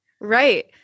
Right